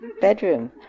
bedroom